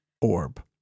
orb